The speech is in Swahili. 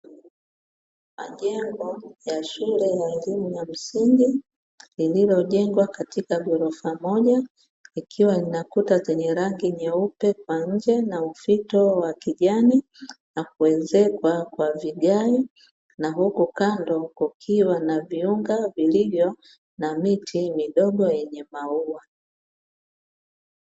Jengo la shule ya elimu ya msingi lililojengwa katika ghorofa moja, ikiwa na kuta zenye rangi nyeupe nje na ufito wa kijani na kuezekwa kwa vigae na huku kando kukiwa na viunga vilivyo na miti midogo yenye maua.